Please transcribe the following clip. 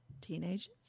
teenagers